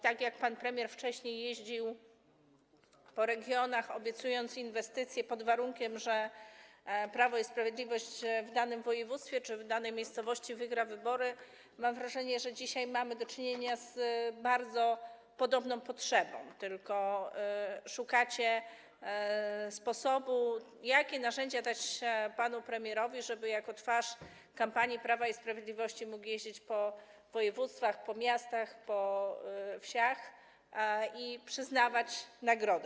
Tak jak pan premier wcześniej jeździł po regionach, obiecując inwestycje, pod warunkiem że Prawo i Sprawiedliwość w danym województwie czy w danej miejscowości wygra wybory, tak, mam wrażenie, dzisiaj mamy do czynienia z bardzo podobną potrzebą, tylko szukacie sposobu, chodzi o to, jakie narzędzia dać panu premierowi, żeby jako twarz kampanii Prawa i Sprawiedliwości mógł jeździć po województwach, po miastach, po wsiach i przyznawać nagrody.